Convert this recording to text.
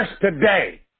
today